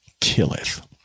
killeth